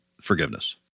forgiveness